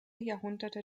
jahrhunderte